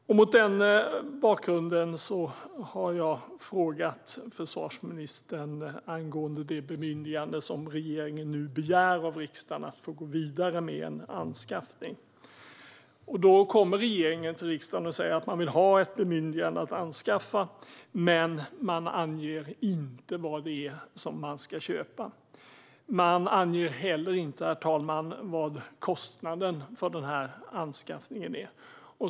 Mot den bakgrunden har jag frågat försvarsministern om det bemyndigande som regeringen nu begär av riksdagen att få gå vidare med en anskaffning. Då kommer regeringen till riksdagen och säger att man vill ha ett bemyndigande att anskaffa, men man anger inte vad det är man ska köpa. Man anger heller inte, herr talman, vad kostnaden för anskaffningen är.